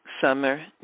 summer